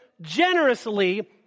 generously